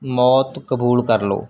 ਮੌਤ ਕਬੂਲ ਕਰ ਲਓ